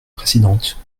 présidente